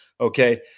Okay